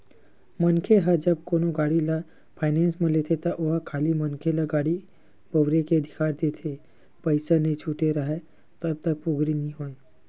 मनखे ह जब कोनो गाड़ी ल फायनेंस म लेथे त ओहा खाली मनखे ल गाड़ी बउरे के अधिकार देथे पइसा नइ छूटे राहय तब तक पोगरी नइ होय